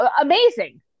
amazing